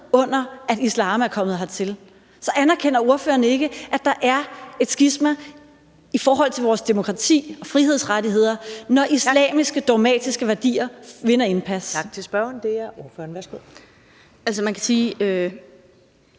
under, at islam er kommet hertil. Så anerkender ordføreren ikke, at der er et skisma i forhold til vores demokrati og frihedsrettigheder, når islamiske dogmatiske værdier vinder indpas? Kl. 11:59 Første næstformand (Karen